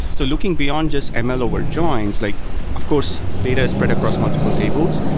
so looking beyond just ah ml over joins, like of course data is spread across multiple tables.